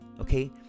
okay